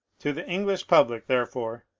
to the english public, therefore,